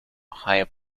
higher